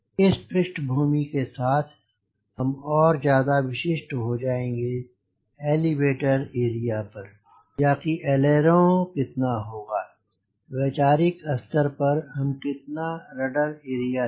इस पृष्ठभूमि के साथ हम और ज्यादा विशिष्ट हो पाएंगे एलिवेटर एरिया पर या कि ऐलेरों कितना होगा वैचारिक स्तर पर हम कितना रडर एरिया लें